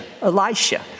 Elisha